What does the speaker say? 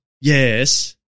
Yes